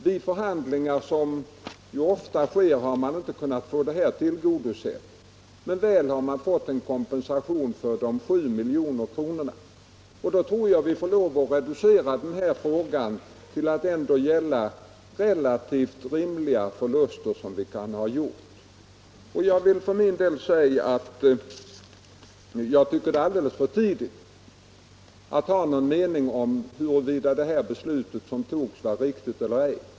Som så ofta vid sådana Fredagen den förhandlingar har kraven inte kunnat tillgodoses, men man har fått en öT-marsi1975 kompensation för 7 milj.kr. Jag tror vi får reducera denna fråga till == att gälla relativt rimliga förluster. Om försvarets inköp Det är alldeles för tidigt att ha någon mening om huruvida det beslut — av datorer som fattades var riktigt eller ej.